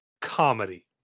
comedy